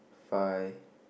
five